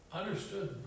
understood